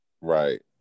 right